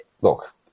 look